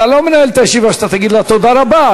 אתה לא מנהל את הישיבה שאתה תגיד לה "תודה רבה".